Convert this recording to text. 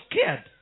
scared